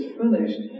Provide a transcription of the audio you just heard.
finished